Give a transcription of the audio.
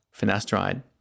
finasteride